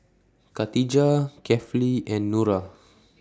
Khatijah Kefli and Nura